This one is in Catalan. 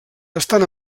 estan